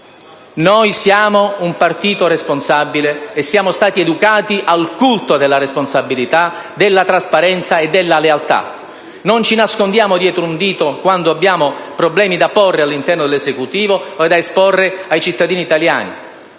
Noi siamo un partito responsabile e siamo stati educati al culto della responsabilità, della trasparenza e della lealtà. Non ci nascondiamo dietro un dito quando abbiamo problemi da porre all'interno dell'Esecutivo o da esporre ai cittadini italiani.